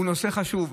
הוא נושא חשוב.